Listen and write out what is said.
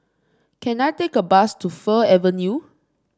can I take a bus to Fir Avenue